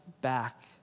back